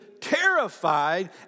terrified